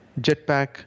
Jetpack